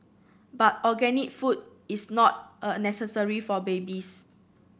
but organic food is not a necessary for babies